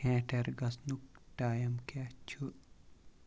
ٹھیٹھَر گژھنُک ٹایِم کیٛاہ چھُ